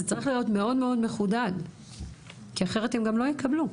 זה צריך להיות מאוד-מאוד מחודד כי אחרת הם גם לא יקבלו.